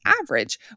average